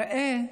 בבקשה,